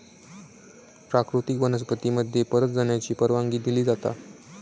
प्राकृतिक वनस्पती मध्ये परत जाण्याची परवानगी दिली जाता